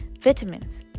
Vitamins